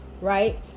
right